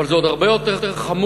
אבל זה עוד הרבה יותר חמור,